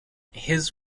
his